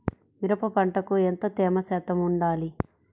మిరప పంటకు ఎంత తేమ శాతం వుండాలి?